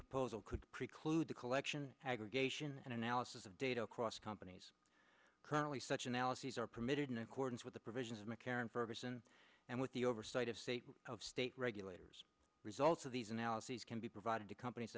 proposal could preclude the collection aggregation and analysis of data across companies currently such analyses are permitted in accordance with the provisions of mccarren ferguson and with the oversight of state of state regulators results of these analyses can be provided to companies